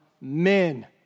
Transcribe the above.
men